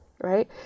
right